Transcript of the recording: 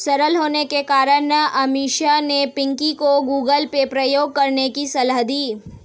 सरल होने के कारण अमीषा ने पिंकी को गूगल पे प्रयोग करने की सलाह दी